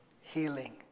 healing